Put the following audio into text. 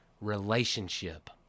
Relationship